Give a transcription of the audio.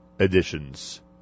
editions